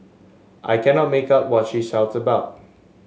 I cannot make out what she shout about